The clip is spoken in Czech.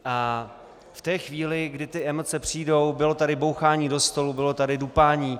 A v té chvíli, kdy ty emoce přijdou bylo tady bouchání do stolu, bylo tady dupání.